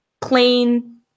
plain